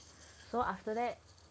so after that